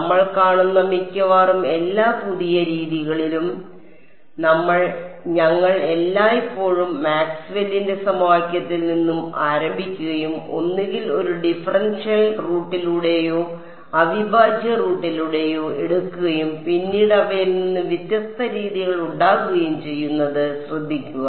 നമ്മൾ കാണുന്ന മിക്കവാറും എല്ലാ പുതിയ രീതികളിലും ഞങ്ങൾ എല്ലായ്പ്പോഴും മാക്സ്വെല്ലിന്റെ സമവാക്യങ്ങളിൽ നിന്ന് ആരംഭിക്കുകയും ഒന്നുകിൽ ഒരു ഡിഫറൻഷ്യൽ റൂട്ടിലൂടെയോ അവിഭാജ്യ റൂട്ടിലൂടെയോ എടുക്കുകയും പിന്നീട് അവയിൽ നിന്ന് വ്യത്യസ്ത രീതികൾ ഉണ്ടാകുകയും ചെയ്യുന്നത് ശ്രദ്ധിക്കുക